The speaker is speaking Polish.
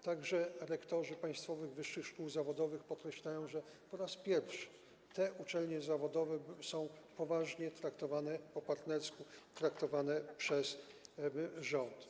Także rektorzy państwowych wyższych szkół zawodowych podkreślają, że po raz pierwszy te uczelnie zawodowe są poważnie traktowane, po partnersku traktowane przez rząd.